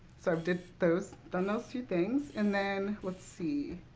sort of did those done those two things. and then, let's see.